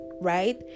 right